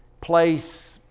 place